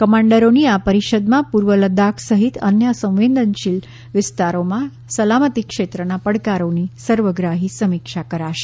કમાન્ડરોની આ પરીષદમાં પૂર્વ લદ્દાખ સહિત અન્ય સંવેદનશીલ વિસ્તારોમાં સલામતી ક્ષેત્રના પડકારોની સર્વગ્રાહી સમિક્ષા કરાશે